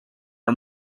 are